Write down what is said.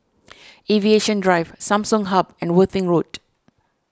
Aviation Drive Samsung Hub and Worthing Road